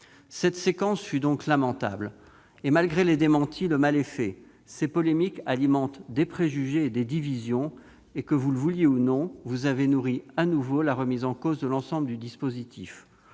Cette séquence fut donc lamentable et, malgré les démentis, le mal est fait. Ces polémiques alimentent préjugés et divisions. Que le Gouvernement le veuille ou non, il a nourri une nouvelle fois la remise en cause de l'ensemble du dispositif.